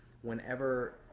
whenever